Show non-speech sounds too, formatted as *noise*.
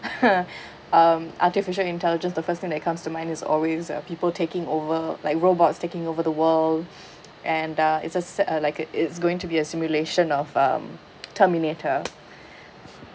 (uh huh) *breath* um artificial intelligence the first thing that comes to mind is always uh people taking over like robots taking over the world *breath* and uh it's a set uh like it is going to be a simulation of um terminator